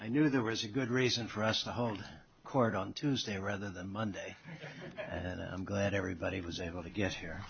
i knew there was a good reason for us to hold court on tuesday rather than monday and i'm glad everybody was able to get here